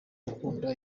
gukunda